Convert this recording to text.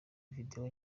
video